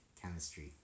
chemistry